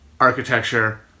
architecture